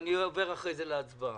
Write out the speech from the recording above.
ואני אעבור אחרי זה להצבעה.